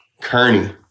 Kearney